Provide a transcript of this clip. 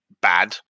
bad